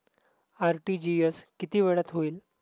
RTGS किती वेळात होईल?